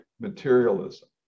materialism